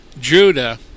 Judah